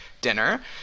dinner